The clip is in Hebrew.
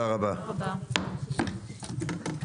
הישיבה